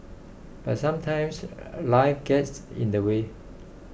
but sometimes life gets in the way